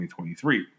2023